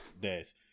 days